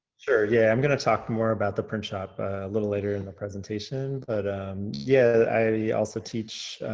sure. yeah. i'm gonna talk more about the printshop little later in the presentation, but um yeah i also teach